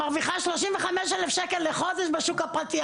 מרוויחה כ-35,000 ₪ לחודש בשוק הפרטי,